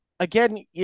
Again